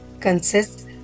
consists